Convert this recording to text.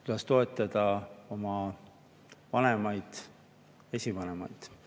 kuidas toetada oma vanemaid, esivanemaid.